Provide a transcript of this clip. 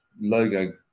logo